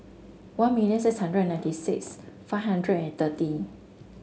one million six hundred and ninety six five hundred and thirty